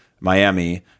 Miami